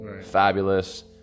fabulous